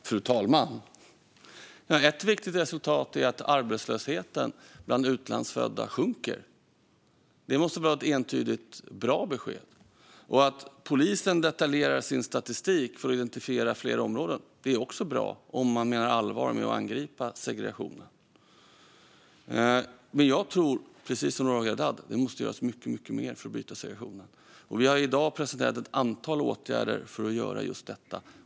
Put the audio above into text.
Fru talman! Ett viktigt resultat är att arbetslösheten bland utlandsfödda sjunker. Det måste väl vara ett entydigt bra besked. Att polisen detaljerar sin statistik för att identifiera fler områden är också bra, om man menar allvar med att angripa segregationen. Jag tror dock, precis som Roger Haddad, att det måste göras mycket mer för att bryta segregationen. Vi har i dag presenterat ett antal åtgärder för att göra just detta.